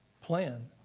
plan